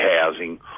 housing